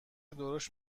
درشت